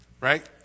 Right